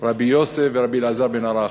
רבי יהודה בר עילאי, רבי יוסף ורבי אלעזר בן ערך.